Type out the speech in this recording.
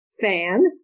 fan